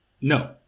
No